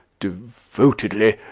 devotedly,